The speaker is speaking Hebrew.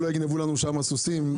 שלא יגנבו לנו שם סוסים.